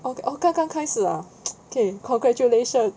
oh 刚刚开始 ah congratulation